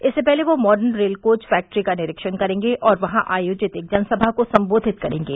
इससे पहले वह मॉडर्न रेल कोच फैक्ट्री का निरीक्षण करेंगे और यहां आयोजित एक जनसभा को संबोधित करेंगे